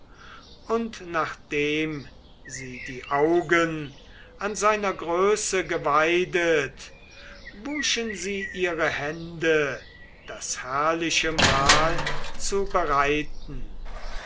und nachdem sie die augen an seiner größe geweidet wuschen sie ihre hände das herrliche mahl zu bereiten